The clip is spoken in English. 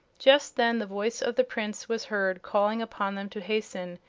just then the voice of the prince was heard calling upon them to hasten,